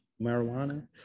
Marijuana